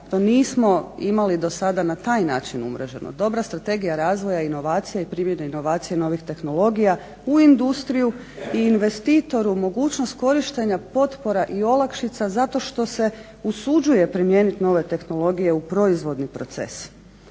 nismo imali do sada na taj način umreženo. Dobra strategija razvoja i inovacija i primjeni inovacija novih tehnologija u industriju i investitoru mogućnost korištenja potpora i olakšica zato što se usuđuje primijeniti nove tehnologije u proizvodni proces.